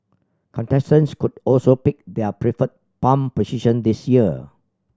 contestants could also pick their preferred palm position this year